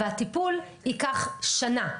והטיפול ייקח שנה.